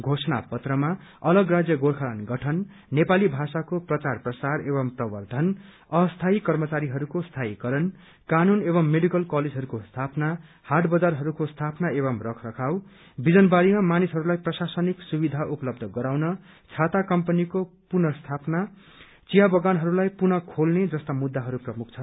घोषणा पत्रमा अलग राज्य गोर्खाल्याण्ड गठन नेपाली भाषाको प्रचार प्रसार एवं प्रवर्द्धन अस्थायी कर्मचारीहरूको स्थायीकरण कानून एवं मेडिकल कलेजहरूको स्थापना हाट बजारहरूको स्थापना एवं रखरखाउ बिजनबारीमा मानिसहरूलाई प्रशासनिक सुविधा उपलब्ध गराउन छाता कम्पनीको पुनरस्थापना चिया बगानहरूलाई पुनः खोल्ने जस्ता मुद्दाहरू प्रमुख छन्